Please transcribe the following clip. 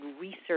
research